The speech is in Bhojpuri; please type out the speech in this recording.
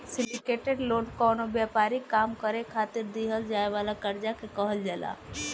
सिंडीकेटेड लोन कवनो व्यापारिक काम करे खातिर दीहल जाए वाला कर्जा के कहल जाला